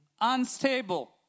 Unstable